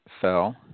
fell